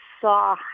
saw